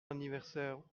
anniversaire